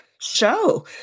show